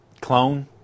clone